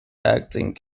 acting